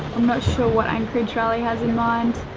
i'm not sure what anchorage riley has in mind.